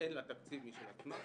שאין לה תקציב משל עצמה,